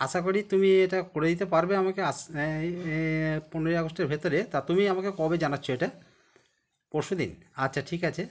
আশা করি তুমি এটা করে দিতে পারবে আমাকে এই পনেরোই আগস্টের ভিতরে তা তুমি আমাকে কবে জানাচ্ছ এটা পরশু দিন আচ্ছা ঠিক আছে